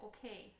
Okay